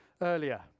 earlier